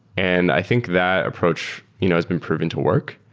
and i think that approach you know has been proven to work.